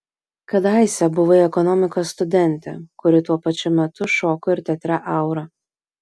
kadaise buvai ekonomikos studentė kuri tuo pačiu metu šoko ir teatre aura